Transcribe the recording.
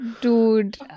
Dude